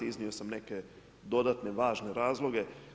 Iznio sam neke dodatne važne razloge.